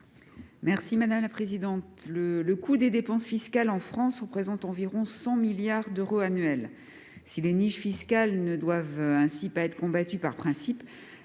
Mme Isabelle Briquet. Le coût des dépenses fiscales en France représente environ 100 milliards d'euros annuels. Si les niches fiscales ne doivent pas être combattues par principe,